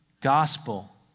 Gospel